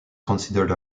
considered